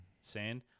Sand